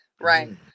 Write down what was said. right